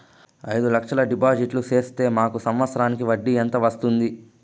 అయిదు లక్షలు డిపాజిట్లు సేస్తే మాకు సంవత్సరానికి వడ్డీ ఎంత వస్తుంది?